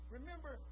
Remember